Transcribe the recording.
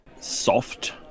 soft